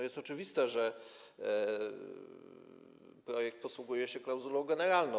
Jest oczywiste, że projekt posługuje się klauzulą generalną.